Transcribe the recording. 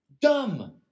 dumb